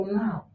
now